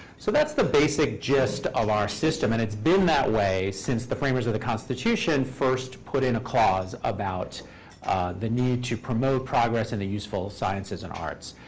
so that's the basic gist of our system, and it's been that way since the framers of the constitution first put in a clause about the need to promote progress in the useful sciences and arts.